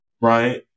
right